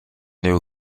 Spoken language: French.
néo